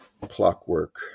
clockwork